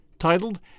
titled